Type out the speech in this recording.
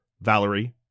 Valerie